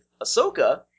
Ahsoka